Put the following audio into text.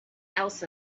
else